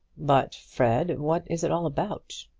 but, fred what is it all about?